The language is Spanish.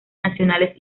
nacionales